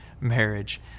marriage